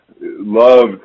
loved